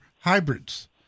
hybrids